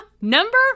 number